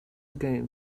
again